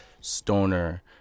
stoner